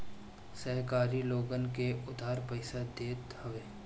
सहकारी लोगन के उधार पईसा देत हवे